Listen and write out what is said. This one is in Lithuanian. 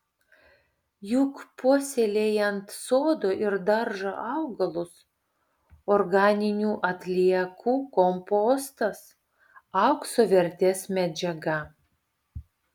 juk puoselėjant sodo ir daržo augalus organinių atliekų kompostas aukso vertės medžiaga